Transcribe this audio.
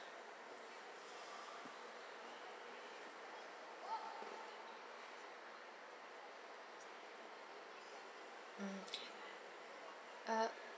mm uh